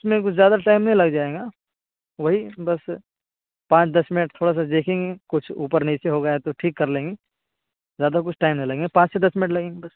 اس میں کوئی زیادہ ٹائم نہیں لگ جائے گا وہی بس پانچ دس منٹ تھوڑا سا دیکھیں گے کچھ اوپر نیچے ہو گیا تو ٹھیک کر لیں گے زیادہ کچھ ٹائم نہیں لگیں گے پانچ سے دس منٹ لگیں گے بس